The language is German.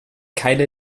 keine